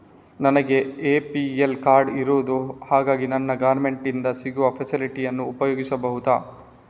ನನ್ನಲ್ಲಿ APL card ಇರುದು ಹಾಗಾಗಿ ನನಗೆ ಗವರ್ನಮೆಂಟ್ ಇಂದ ಸಿಗುವ ಫೆಸಿಲಿಟಿ ಅನ್ನು ಉಪಯೋಗಿಸಬಹುದಾ?